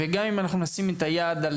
וגם אם נשים את היד על